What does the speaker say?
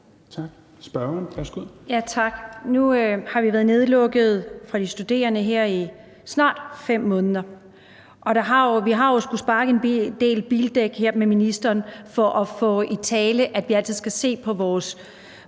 Nu har der været nedlukning for de studerende i snart 5 måneder, og vi har jo skullet sparke til en del bildæk her med ministeren for at få italesat, at vi altid skal se på vores